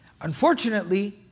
Unfortunately